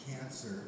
cancer